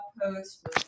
post